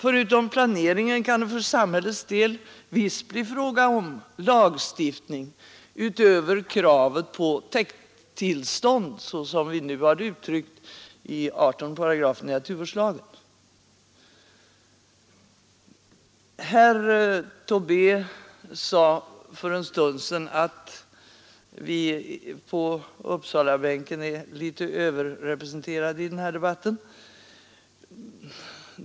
Förutom planeringen kan det för samhällets del visst bli fråga om lagstiftning utöver kravet på täkttillstånd såsom det nu finns uttryckt i 18 3 naturvårdslagen. Herr Tobé sade för en stund sedan att vi på Uppsalabänken är litet överrepresenterade i den här debatten.